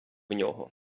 нього